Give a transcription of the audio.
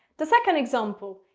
the second example,